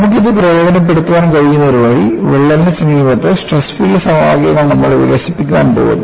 നമുക്ക് ഇത് പ്രയോജനപ്പെടുത്താൻ കഴിയുന്ന ഒരു വഴി വിള്ളലിന് സമീപത്ത് സ്ട്രെസ് ഫീൽഡ് സമവാക്യങ്ങൾ നമ്മൾ വികസിപ്പിക്കാൻ പോകുന്നു